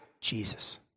Jesus